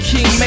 King